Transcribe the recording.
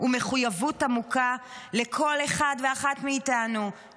ומחויבות עמוקה לכל אחד ואחת מאיתנו,